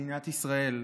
למדינת ישראל.